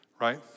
right